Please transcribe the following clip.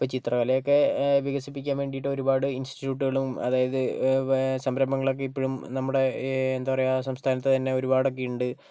ഇപ്പം ചിത്രകലയൊക്കെ വികസിപ്പിക്കാൻ വേണ്ടിയിട്ട് ഒരുപാട് ഇൻസ്റ്റിട്യൂട്ടുകളും അതായത് സംരംഭങ്ങളൊക്കെ ഇപ്പൊഴും നമ്മുടെ എന്താ പറയുക സംസ്ഥാനത്ത് തന്നെ ഒരുപാടൊക്കെയുണ്ട്